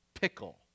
pickle